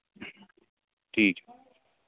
ठीक है